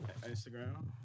Instagram